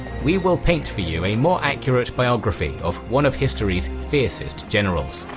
we will paint for you a more accurate biography of one of history's fiercest generals.